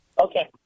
Okay